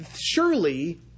Surely